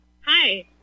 Hi